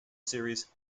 series